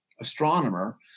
astronomer